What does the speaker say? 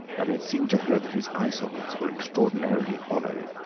and it seemed to her that his eye sockets were extraordinarily hollow.